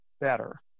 better